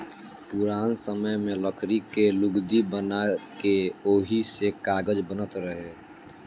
पुरान समय में लकड़ी के लुगदी बना के ओही से कागज बनत रहे